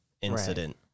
incident